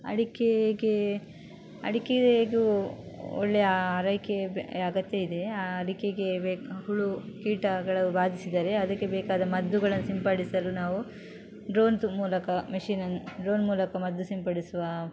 ಅಡಿಕೆಗೆ ಅಡಿಕೆಗೂ ಒಳ್ಳೆಯ ಆರೈಕೆ ಬೆ ಅಗತ್ಯ ಇದೆ ಆ ಅಡಿಕೆಗೆ ಬೇಕಾ ಹುಳು ಕೀಟಗಳು ಬಾಧಿಸಿದರೆ ಅದಕ್ಕೆ ಬೇಕಾದ ಮದ್ದುಗಳ ಸಿಂಪಡಿಸಲು ನಾವು ಡ್ರೋನ್ ಥ್ರೂ ಮೂಲಕ ಮಷೀನಿನ ಡ್ರೋನ್ ಮೂಲಕ ಮದ್ದು ಸಿಂಪಡಿಸುವ